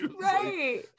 Right